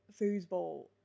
foosball